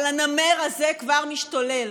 אבל הנמר הזה כבר משתולל.